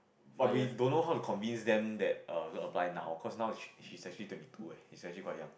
but we don't know how to convince them that err gonna to apply now cause now is she is actually twenty two eh is actually quite young